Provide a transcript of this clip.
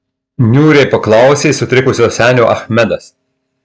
niūriai paklausė sutrikusio senio achmedas